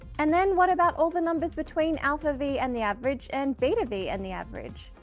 and then what about all the numbers between alpha v and the average and beta v and the average?